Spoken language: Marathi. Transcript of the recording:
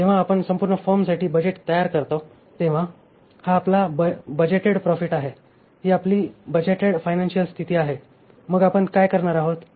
जेव्हा आपण संपूर्ण फर्मसाठी बजेट तयार करतो तेव्हा हा आपला बाजेटेड प्रॉफिट आहे ही आपली बाजेटेड फायनान्शियल स्थिती आहे मग आपण काय करणार आहोत